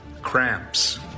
cramps